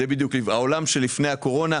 זה בדיוק העולם של לפני הקורונה,